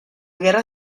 guerra